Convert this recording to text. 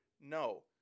no